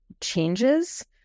changes